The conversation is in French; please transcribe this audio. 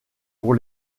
pour